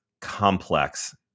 complex